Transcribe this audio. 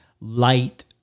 light